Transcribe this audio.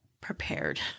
prepared